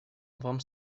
вам